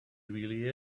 really